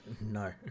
no